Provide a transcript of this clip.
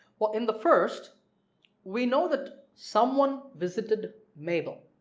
well in the first we know that someone visited mabel